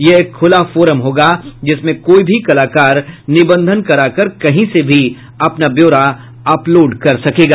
यह एक खूला फोरम होगा जिसमें कोई भी कलाकार निबंधन कराकार कहीं से भी अपना ब्यौरा अपलोड कर सकेगा